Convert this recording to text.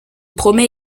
promet